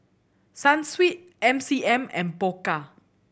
Sunsweet M C M and Pokka